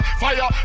fire